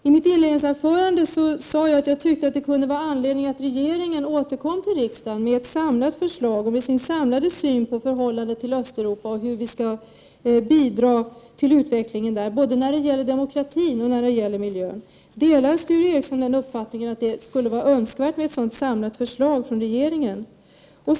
I mitt inledningsanförande sade jag att jag tyckte att det kunde finnas anledning för regeringen att återkomma till riksdagen med ett samlat förslag och med sin samlade syn på förhållandet till Östeuropa och hur vi skall bidra till utvecklingen där både när det gäller demokratin och när det gäller miljön. Delar Sture Ericson uppfattningen att det skulle vara önskvärt med ett sådant samlat förslag från regeringen?